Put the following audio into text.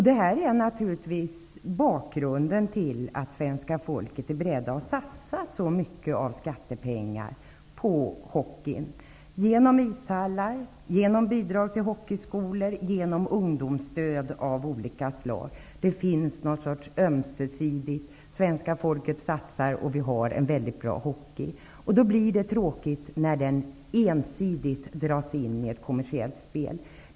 Detta är naturligtvis bakgrunden till att svenska folket är berett att satsa så mycket av skattepengar på hockeyn -- genom ishallar, genom bidrag till hockeyskolor, genom ungdomsstöd av olika slag. Det finns en sorts ömsesidig överenskommelse: svenska folket satsar, och vi har en väldigt bra hockey. Då blir det tråkigt när hockeyn ensidigt dras in i ett kommersiellt spel.